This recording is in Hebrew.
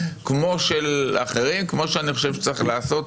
כמו שאני חושב שצריך לעשות